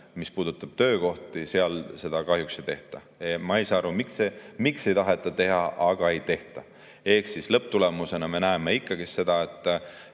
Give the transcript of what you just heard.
mis puudutab töökohti, seal seda kahjuks ei tehta. Ma ei saa aru, miks ei taheta teha, aga ei tehta. Ehk siis lõpptulemusena me näeme ikkagi seda, et